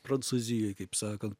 prancūzijoj kaip sakan